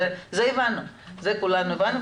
את זה כולנו הבנו,